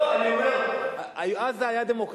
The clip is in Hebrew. לא, אני אומר: אז זה היה דמוקרטי.